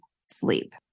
sleep